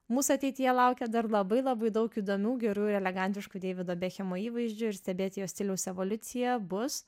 mūsų ateityje laukia dar labai labai daug įdomių gerų ir elegantiškų deivido bekhemo įvaizdžių ir stebėti jo stiliaus evoliuciją bus